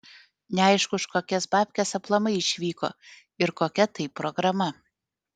neaišku už kokias babkes aplamai išvyko ir kokia tai programa